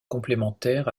complémentaire